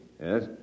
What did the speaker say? Yes